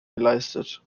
geleistet